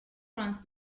grants